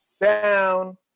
down